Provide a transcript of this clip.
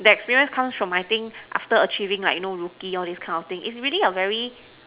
the experience comes from I think after achieving like you know rookie all this kind of things it's really a very